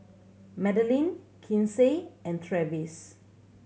Madelynn Kinsey and Travis